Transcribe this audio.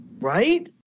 Right